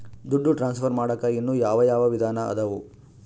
ದುಡ್ಡು ಟ್ರಾನ್ಸ್ಫರ್ ಮಾಡಾಕ ಇನ್ನೂ ಯಾವ ಯಾವ ವಿಧಾನ ಅದವು?